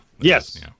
Yes